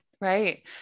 right